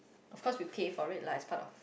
of course we paid for it lah it's part of